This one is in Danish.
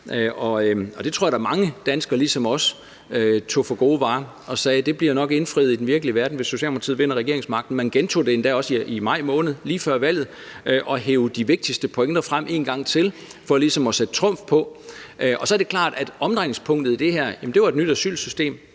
og det tror jeg da mange danskere, ligesom os, tog for gode varer og sagde, at det nok bliver indfriet i den virkelige verden, hvis Socialdemokratiet vinder regeringsmagten. Man gentog det endda også i maj måned, lige før valget, og hev de vigtigste pointer frem en gang til for ligesom at sætte trumf på. Omdrejningspunktet i det her var jo et nyt asylsystem,